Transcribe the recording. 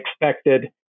expected